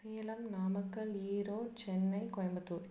Salem Namakkal Erode Chennai Coimbatore